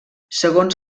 segons